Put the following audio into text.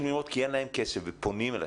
ללמוד כי אין להם כסף והם פונים אליכם?